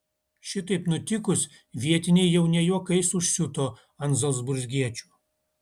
šitaip nutikus vietiniai jau ne juokais užsiuto ant zalcburgiečių